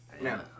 No